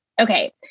Okay